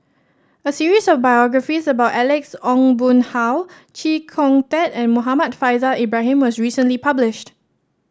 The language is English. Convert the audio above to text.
a series of biographies about Alex Ong Boon Hau Chee Kong Tet and Muhammad Faishal Ibrahim was recently published